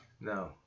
No